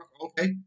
Okay